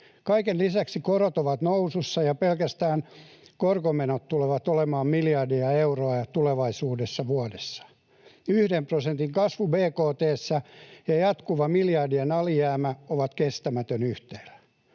Kaiken lisäksi korot ovat nousussa, ja pelkästään korkomenot tulevat olemaan tulevaisuudessa miljardeja euroja vuodessa. Yhden prosentin kasvu bkt:ssä ja jatkuva miljardien alijäämä ovat kestämätön yhtälö.